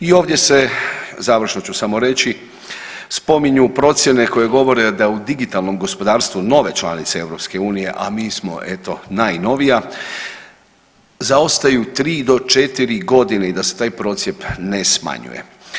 I ovdje se, završno ću samo reći, spominju procjene koje govore da je u digitalnom gospodarstvu nove članice EU, a mi smo eto najnovija zaostaju tri do četiri godine i da se taj procijep ne smanjuje.